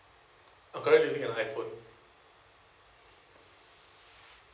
I'm current using an iphone